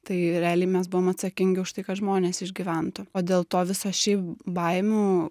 tai realiai mes buvome atsakingi už tai kad žmonės išgyventų o dėl to viso šiaip baimių